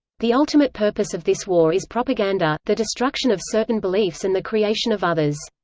the ultimate purpose of this war is propaganda, the destruction of certain beliefs and the creation of others